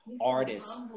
artists